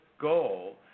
goal